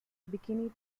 bikini